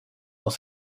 dans